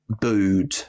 booed